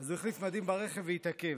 אז הוא החליף מדים ברכב והתעכב.